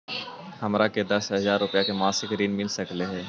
हमरा के दस हजार रुपया के मासिक ऋण मिल सकली हे?